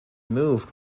moved